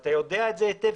ואתה יודע את זה היטב,